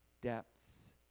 depths